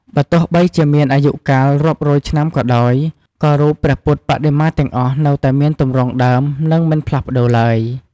បើ់ទោះបីជាមានអាយុកាលរាប់រយឆ្នាំក៏ដោយ ក៏រូបព្រះពុទ្ធបដិមាទាំងអស់ នៅតែមានទម្រង់ដើម នឹងមិនផ្លាស់ប្តូរឡើយ ។